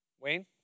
Wayne